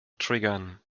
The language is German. triggern